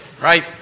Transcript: right